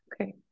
Okay